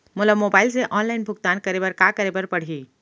मोला मोबाइल से ऑनलाइन भुगतान करे बर का करे बर पड़ही?